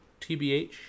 tbh